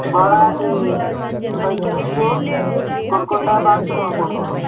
ଭଡ଼ା ସେଇ ଛଇତିରିଶ ରୁ କୁରକୁଣ୍ଡା ପାଞ୍ଚଶହ ଟଙ୍କା ପଡ଼ିବ